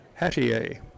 Hattier